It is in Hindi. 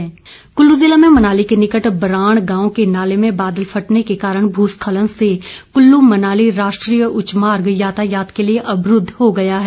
भूस्खलन कुल्लू जिला में मनाली के निकट बराण गांव के नाले में बादल फटने के कारण भूस्खलन से कुल्लू मनाली राष्ट्रीय उच्च मार्ग यातायात के लिए अवरूद्व हो गया है